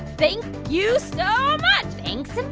thank you. know um ah thank